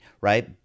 right